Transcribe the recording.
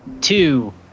two